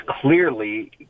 clearly